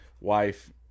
wife